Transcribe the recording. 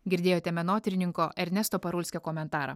girdėjote menotyrininko ernesto parulskio komentarą